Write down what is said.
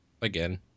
Again